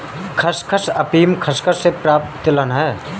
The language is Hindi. खसखस अफीम खसखस से प्राप्त तिलहन है